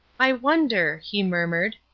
i wonder, he murmured,